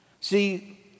See